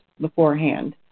beforehand